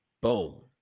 Boom